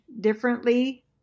differently